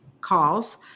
calls